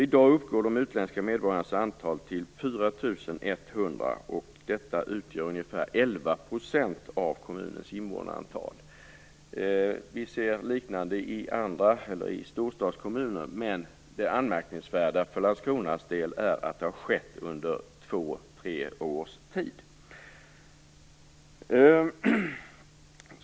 I dag uppgår de utländska medborgarnas antal till 4 100, vilket utgör ca 11 % av kommunens invånarantal. Man kan se en liknande utveckling i storstadskommuner, men det anmärkningsvärda för Landskronas del är att detta har skett under två tre års tid.